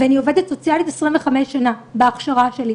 ואני עובדת סוציאלית 25 שנה בהכשרה שלי,